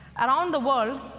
around the world,